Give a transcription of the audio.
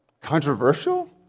controversial